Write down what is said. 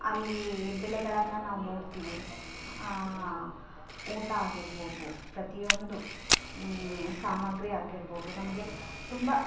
ಅಲ್ಲಿ ಬೆಲೆಗಳನ್ನ ನಾವು ನೋಡ್ತೀವಿ ಊಟ ಆಗಿರ್ಬೌದು ಪ್ರತಿಯೊಂದು ಸಾಮಾಗ್ರಿ ಆಗಿರ್ಬೌದು ನಮಗೆ ತುಂಬ